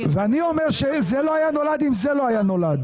יכלו --- ואני אומר שזה לא היה נולד אם זה לא היה נולד.